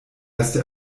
erste